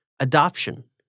adoption